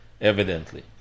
evidently